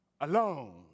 alone